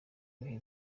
ibihe